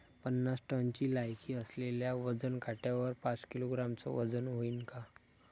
पन्नास टनची लायकी असलेल्या वजन काट्यावर पाच किलोग्रॅमचं वजन व्हईन का?